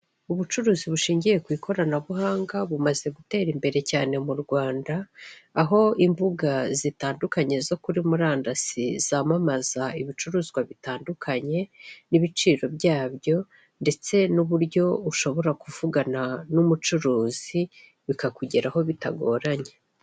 Ubucuruzi bushingiye ku ikoranabuhanga, bumaze gutera imbere cyane mu Rwanda, aho imbuga zitandukanye zo kuri murandasi, zamamaza ibicuruzwa bitandukanye, n'ibiciro byabyo ndetse n'uburyo ushobora kuvugana n'umucuruzi, bikakugeraho bitagoranye.